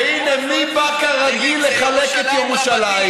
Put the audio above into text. והינה, מי בא, כרגיל, לחלק את ירושלים?